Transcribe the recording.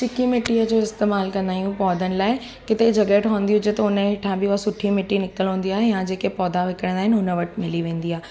चिकी मिटीअ जो इस्तेमालु कंदा आहियूं पौधनि लाइ किथे जॻहि ठहंदी हुजे त उन जे हेठां बि उहो सुठी मिटी निकितल हूंदी आहे या जेके पौधा विकिणंदा आहिनि हुन वटि मिली वेंदी आहे